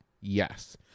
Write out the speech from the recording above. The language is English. Yes